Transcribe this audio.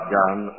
done